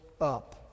up